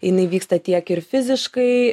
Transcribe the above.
jinai vyksta tiek ir fiziškai